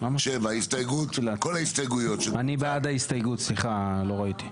0 ההסתייגויות לא התקבלו.